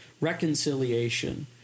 reconciliation